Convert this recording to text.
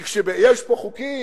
כי יש פה חוקים,